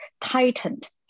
tightened